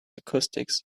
acoustics